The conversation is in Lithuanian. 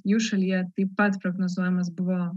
jų šalyje taip pat prognozuojamas buvo